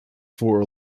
for